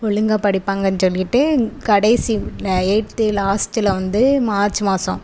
ஒழுங்காக படிப்பாங்கன்னு சொல்லிட்டு கடைசியில எயிட்த்து லாஸ்ட்டில வந்து மார்ச் மாதம்